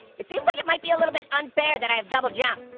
it seems like it might be a little bit unfair that i have double jump.